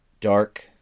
dark